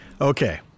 Okay